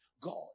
God